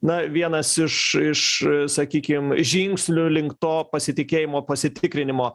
na vienas iš iš sakykim žingsnių link to pasitikėjimo pasitikrinimo